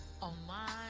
online